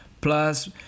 Plus